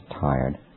tired